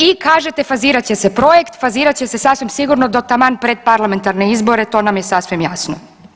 I kažete fazirat će se projekt, fazirat će se sasvim sigurno do taman pred parlamentarne izbore to nam je sasvim jasno.